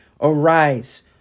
arise